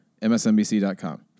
msnbc.com